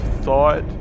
thought